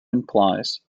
implies